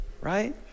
right